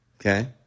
Okay